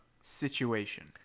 situation